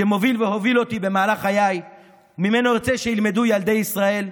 שמוביל והוביל אותי במהלך חיי וממנו ארצה שילמדו ילדי ישראל,